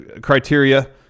criteria